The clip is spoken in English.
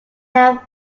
have